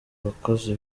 abakozi